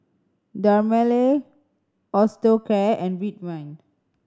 Dermale Osteocare and Ridwind